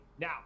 Now